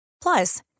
Plus